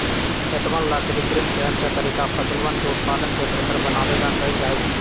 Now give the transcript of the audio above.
खेतवन ला कृत्रिम चयन के तरीका फसलवन के उत्पादन के बेहतर बनावे ला कइल जाहई